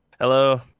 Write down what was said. hello